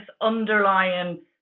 underlying